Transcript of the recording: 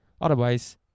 otherwise